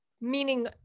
meaning